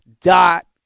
dot